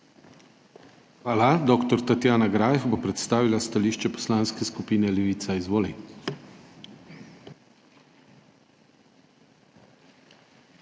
Hvala. Dr. Tatjana Greif bo predstavila stališče Poslanske skupine Levica. Izvoli.